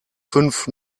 fünf